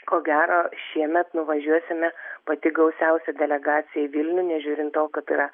ko gero šiemet nuvažiuosime pati gausiausia delegacija į vilnių nežiūrint to kad yra